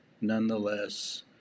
nonetheless